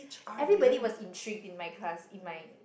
everybody was intrigued in my class in my